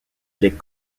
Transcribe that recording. les